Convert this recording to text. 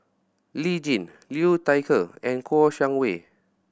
Lee Tjin Liu Thai Ker and Kouo Shang Wei